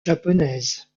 japonaise